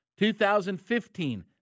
2015